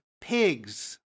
pigs